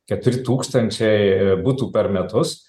keturi tūkstančiai butų per metus